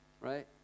right